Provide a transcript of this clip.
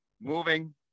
Moving